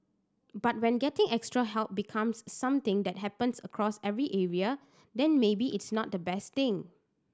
but when getting extra help becomes something that happens across every area then maybe it's not the best thing